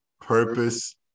purpose